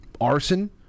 arson